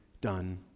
done